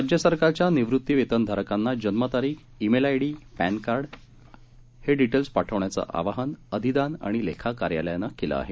राज्य सरकारच्या निवृत्तीवेतन धारकांना जन्मतारीख email ID PAN card हेडिटेल्स पाठविण्याचे आवाहन अधिदान व लेखा कार्यालयाने केले आहे